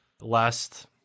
Last